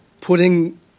putting